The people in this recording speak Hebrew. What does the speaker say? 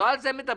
לא על זה מדברים.